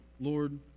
Lord